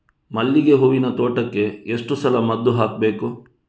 ಮಲ್ಲಿಗೆ ಹೂವಿನ ತೋಟಕ್ಕೆ ಎಷ್ಟು ಸಲ ಮದ್ದು ಹಾಕಬೇಕು?